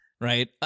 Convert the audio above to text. right